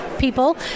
people